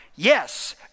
Yes